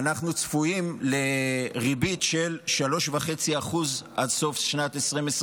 אנחנו צפויים לריבית של 3.5% עד סוף שנת 2024,